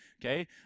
okay